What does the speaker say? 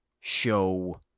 show